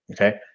okay